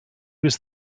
was